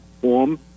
form